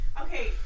Okay